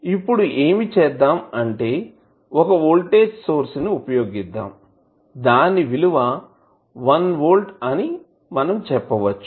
ఇప్పుడు ఏమి చేద్దాం అంటే ఒక వోల్టేజ్ సోర్స్ ని ఉపయోగిద్దాం దాని విలువ 1 వోల్ట్ అని మనం చెప్పవచ్చు